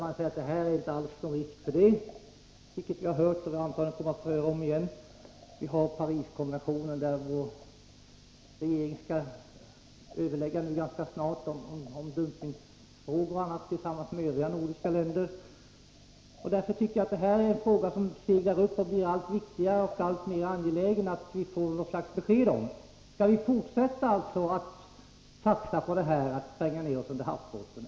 Man säger att här är det inte alls någon risk för detta. Vi har Pariskonventionen, och vår regering skall snart överlägga om dumpningsfrågor och annat med de övriga nordiska länderna. Jag tycker att det blir alltmer angeläget att vi får något slags besked: Skall vi fortsätta att satsa på att spränga oss ner under havsbotten?